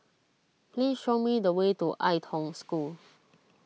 please show me the way to Ai Tong School